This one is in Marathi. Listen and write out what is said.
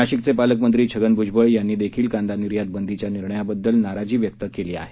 नाशिकचे पालकमंत्री छगन भूजबळ यांनी देखील कांदा निर्यात बंदीच्या निर्णयाबद्दल नाराजी व्यक्त केली आहे